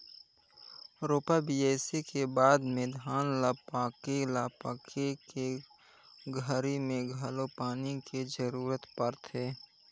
रोपा, बियासी के बाद में धान ल पाके ल पाके के घरी मे घलो पानी के जरूरत परथे